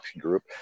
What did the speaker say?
group